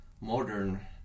modern